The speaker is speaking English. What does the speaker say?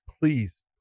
please